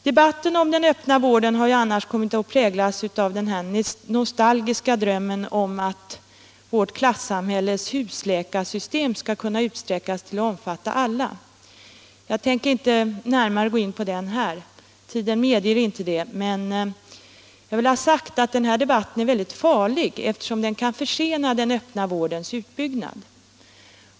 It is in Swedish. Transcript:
Debatten om den öppna vården har ju annars kommit att präglas av den nostalgiska drömmen om att vårt klassamhälles husläkarsystem skall kunna utsträckas till att omfatta alla. Jag tänker inte gå närmare in på den saken — tiden medger inte det — men jag vill ha sagt att den här debatten är farlig, eftersom den kan försena den öppna vårdens utbyggnad.